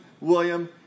William